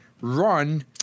run